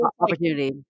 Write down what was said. opportunity